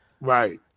Right